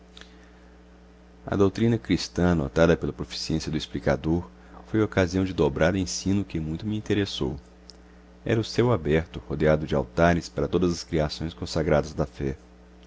a doutrina cristã anotada pela proficiência do explicador foi ocasião de dobrado ensino que muito me interessou era o céu aberto rodeado de altares para todas as criações consagradas da fé